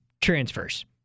transfers